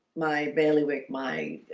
my bailiwick my